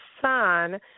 son